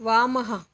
वामः